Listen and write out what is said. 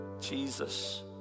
Jesus